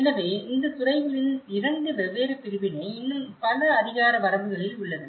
எனவே இந்த துறைகளின் இரண்டு வெவ்வேறு பிரிவினை இன்னும் பல அதிகார வரம்புகளில் உள்ளது